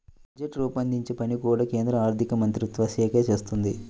budget రూపొందించే పని కూడా కేంద్ర ఆర్ధికమంత్రిత్వ శాఖే చేస్తుంది